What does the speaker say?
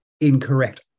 incorrect